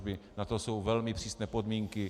Na to jsou velmi přísné podmínky.